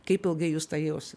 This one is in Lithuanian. kaip ilgai jūs tą jausit